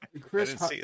Chris